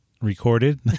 recorded